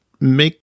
make